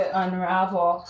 unravel